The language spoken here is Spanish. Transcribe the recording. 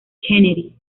kennedy